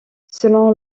selon